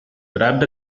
grabbed